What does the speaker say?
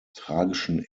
tragischen